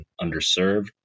underserved